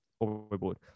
overboard